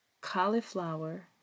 Cauliflower